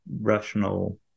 rational